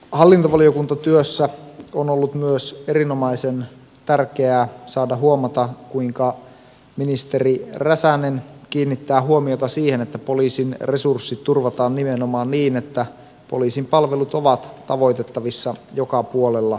hallintovaliokuntatyössä on ollut myös erinomaisen tärkeää saada huomata kuinka ministeri räsänen kiinnittää huomiota siihen että poliisin resurssit turvataan nimenomaan niin että poliisin palvelut ovat tavoitettavissa joka puolella suomea